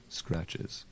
scratches